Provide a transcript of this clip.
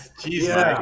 Jesus